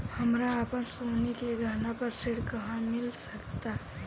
हमरा अपन सोने के गहना पर ऋण कहां मिल सकता?